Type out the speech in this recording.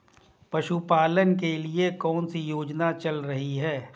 पशुपालन के लिए कौन सी योजना चल रही है?